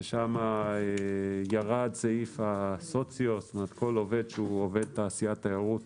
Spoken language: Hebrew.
ששם ירד סעיף הסוציו כל עובד שהוא עובד תעשיית התיירות